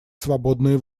свободные